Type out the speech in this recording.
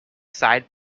side